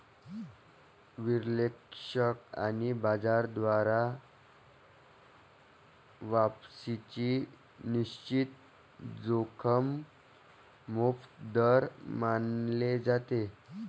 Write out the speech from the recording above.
विश्लेषक आणि बाजार द्वारा वापसीची निश्चित जोखीम मोफत दर मानले जाते